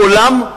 מעולם,